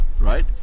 right